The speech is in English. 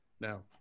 now